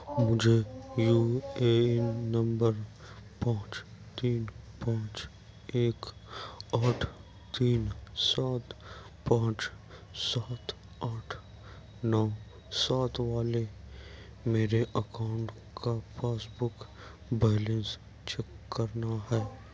مجھے U A N نمبر پانچ تین پانچ ایک آٹھ تین سات پانچ سات آٹھ نو سات والے میرے اکاؤنٹ کا پاس بک بیلنس چیک کرنا ہے